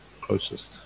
closest